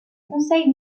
conseil